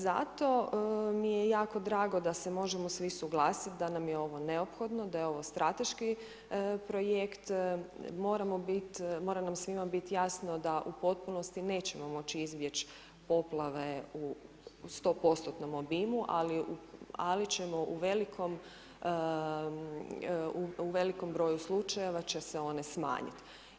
Zato mi je jako drago da se možemo svi suglasiti, da nam je ovo neophodno, da je ovo strateški projekt, mora nam svima biti jasno, da u potpunosti nećemo moći izbjeći poplave u 100% obimu, ali ćemo u velikom broju slučajeva će se oni smanjiti.